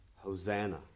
Hosanna